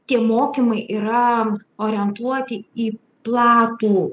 tie mokymai yra orientuoti į platų